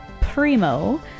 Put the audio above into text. Primo